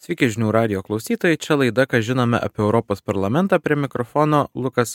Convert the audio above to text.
sveiki žinių radijo klausytojai čia laida ką žinome apie europos parlamentą prie mikrofono lukas